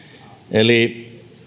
eli